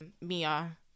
Mia